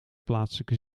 plaatselijke